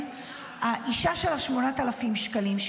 האישה של ה-8,000 שקלים,